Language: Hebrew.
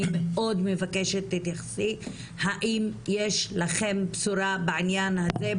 אני מאוד מבקשת שתתייחסי האם יש לכם בשורה בעניין הזה,